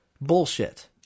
Bullshit